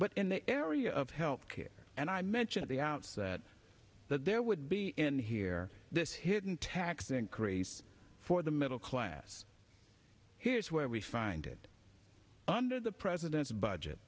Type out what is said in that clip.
but in the area of health care and i mention at the outset that there would be in here this hidden tax increase for the middle class here's where we find it under the president's budget